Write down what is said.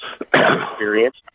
experience